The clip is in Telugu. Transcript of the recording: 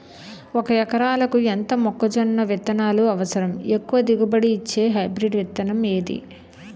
ఒక ఎకరాలకు ఎంత మొక్కజొన్న విత్తనాలు అవసరం? ఎక్కువ దిగుబడి ఇచ్చే హైబ్రిడ్ విత్తనం ఏది?